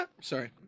Sorry